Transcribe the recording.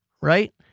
right